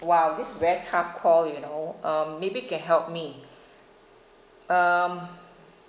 !wow! this is very tough call you know um maybe you can help me um